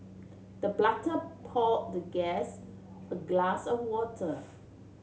the pour the guest a glass of water